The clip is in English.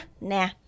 nah